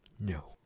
No